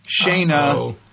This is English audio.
Shayna